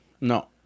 No